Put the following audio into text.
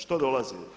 Što dolazi?